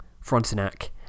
Frontenac